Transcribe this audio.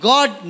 God